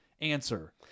answer